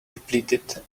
depleted